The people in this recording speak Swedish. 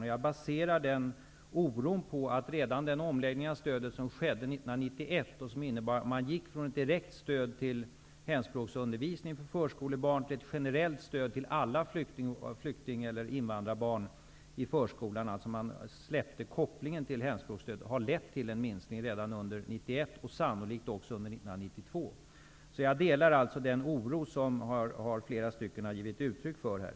Den oron baserar jag på att redan den omläggning av stödet som skedde 1991 och som innebär att man gick från ett direkt stöd åt hemspråksundervisning för förskolebarn till ett generellt stöd till alla flyktningoch invandrarbarn i förskolan -- att man alltså släppte kopplingen till hemspråksstöd -- har lett till en minskning redan under 1991 och sannolikt under 1992. Jag delar alltså den oro som flera talare har gett uttryck för här.